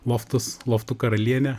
loftus loftų karalienę